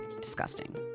Disgusting